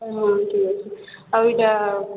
ହଁ ଠିକ୍ ଅଛି ଆଉ ଏଇଟା